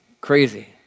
Crazy